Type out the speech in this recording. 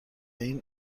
این